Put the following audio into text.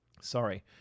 Sorry